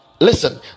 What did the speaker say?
listen